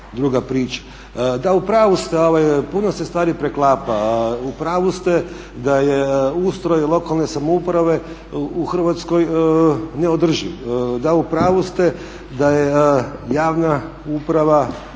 u pravu ste da je javna uprava